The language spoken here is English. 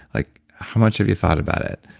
like how much have you thought about it?